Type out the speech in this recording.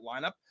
lineup